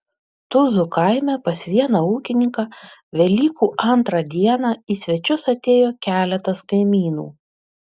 tuzų kaime pas vieną ūkininką velykų antrą dieną į svečius atėjo keletas kaimynų